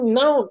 now